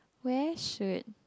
where should